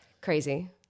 Crazy